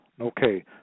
Okay